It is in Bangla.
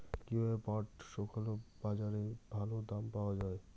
কীভাবে পাট শুকোলে বাজারে ভালো দাম পাওয়া য়ায়?